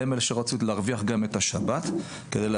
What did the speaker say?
הם אלה שרצו להרוויח גם את השבת לעצמם,